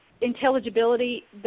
intelligibility